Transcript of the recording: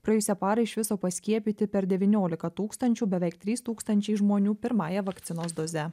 praėjusią parą iš viso paskiepyti per devyniolika tūkstančių beveik trys tūkstančiai žmonių pirmąja vakcinos doze